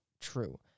true